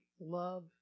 love